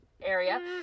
area